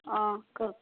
অঁ কওক